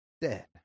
dead